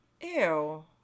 ew